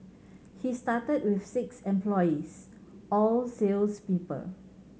he started with six employees all sales people